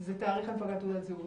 היא תאריך הנפקת תעודת הזהות.